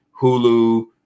Hulu